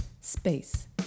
space